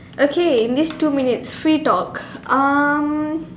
okay in this two minutes free talk um